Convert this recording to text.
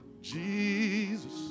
Jesus